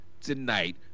tonight